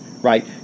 right